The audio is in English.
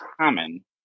common